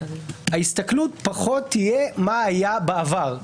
ההסתכלות פחות תהיה מה היה בעבר.